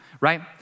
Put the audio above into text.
right